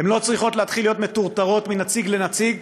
הן לא צריכות להתחיל להיות מטורטרות מנציג לנציג.